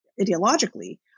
ideologically